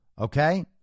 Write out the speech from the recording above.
Okay